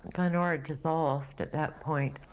glenora dissolved at that point,